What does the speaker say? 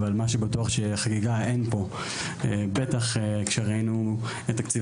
אבל מה שבטוח שחגיגה אין פה בטח כשראינו את תקציב